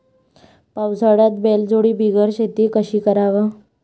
पावसाळ्यात बैलजोडी बिगर शेती कशी कराव?